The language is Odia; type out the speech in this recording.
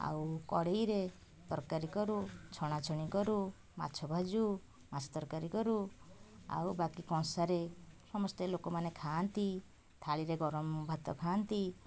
ଆଉ କଡ଼େଇରେ ତରକାରୀ କରୁ ଛଣାଛଣି କରୁ ମାଛ ଭାଜୁ ମାଛ ତରକାରୀ କରୁ ଆଉ ବାକି କଂସାରେ ସମସ୍ତେ ଲୋକ ମାନେ ଖାଆନ୍ତି ଥାଳିରେ ଗରମ ଭାତ ଖାଆନ୍ତି